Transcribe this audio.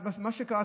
שם.